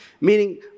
meaning